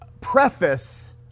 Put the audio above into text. preface